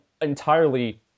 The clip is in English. entirely